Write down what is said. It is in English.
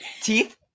teeth